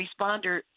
responder